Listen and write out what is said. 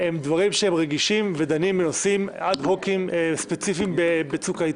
אלה דברים שהם רגישים ודנים בנושאים אד-הוק ספציפיים בצוק העתים.